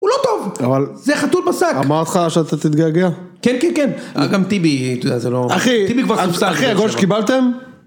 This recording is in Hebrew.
הוא לא טוב, אבל.. זה חתול בשק. אמרתי לך שאתה תתגעגע? כן כן כן, גם טיבי, אתה יודע זה לא...טיבי כבר חוסל. אחי, אחי הגול שקיבלתם